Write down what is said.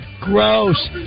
Gross